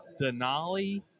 Denali